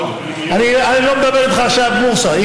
אני לא מדבר איתך עכשיו על הבורסה.